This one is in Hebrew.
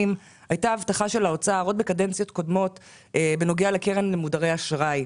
הייתה הבטחה של האוצר עוד בקדנציות קודמות בנוגע לקרן למודרי אשראי.